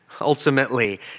ultimately